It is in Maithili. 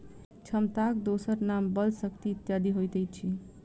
क्षमताक दोसर नाम बल, शक्ति इत्यादि होइत अछि